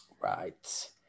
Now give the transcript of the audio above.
Right